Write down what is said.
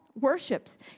worships